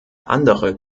andere